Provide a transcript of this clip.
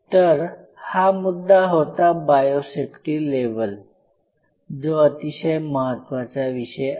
तर हा मुद्दा होता biosafety level बायोसेफ्टी लेव्हल जो अतिशय महत्वाचा विषय आहे